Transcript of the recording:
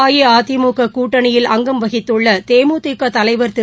அஇஅதிமுககூட்டணியில் அங்கம் வகித்துள்ளதேமுதிகதலைவா் திரு